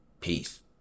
Peace